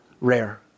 rare